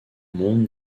monde